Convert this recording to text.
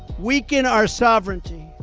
weaken our sovereignty,